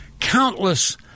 countless